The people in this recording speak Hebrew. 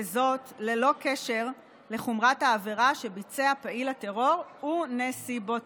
וזאת ללא קשר לחומרת העבירה שביצע פעיל הטרור ונסיבותיה.